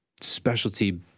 specialty